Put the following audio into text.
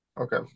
Okay